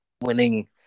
winning